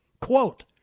Quote